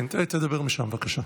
תדבר משם, בבקשה.